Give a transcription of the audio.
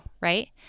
right